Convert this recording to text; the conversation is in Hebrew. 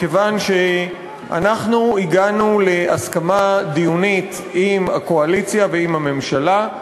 מכיוון שהגענו להסכמה דיונית עם הקואליציה ועם הממשלה,